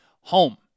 home